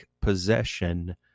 possession